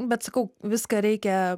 bet sakau viską reikia